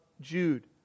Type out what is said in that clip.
Jude